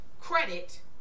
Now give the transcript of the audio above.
credit